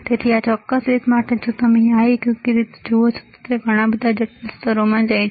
તેથી આ ચોક્કસ રીતે માટે જો તમે આ એક યોગ્ય રીતે જુઓ છો તો તે ઘણા વધુ જટિલ સ્તરોમાં જાય છે